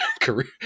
career